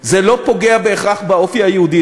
זה לא פוגע בהכרח באופי היהודי,